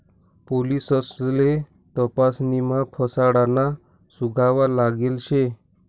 पोलिससले तपासणीमा फसाडाना सुगावा लागेल शे